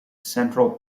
central